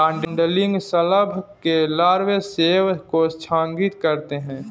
codling शलभ के लार्वे सेब को क्षतिग्रस्त करते है